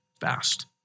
Fast